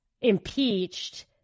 impeached